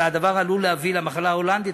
שכן הדבר עלול להביא למחלה ההולנדית.